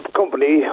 company